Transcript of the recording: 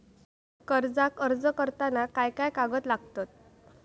कर्जाक अर्ज करताना काय काय कागद लागतत?